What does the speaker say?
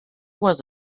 was